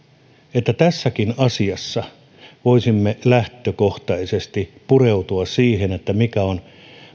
että tässäkin asiassa voisimme lähtökohtaisesti pureutua siihen että mikä on